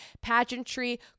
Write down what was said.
Pageantry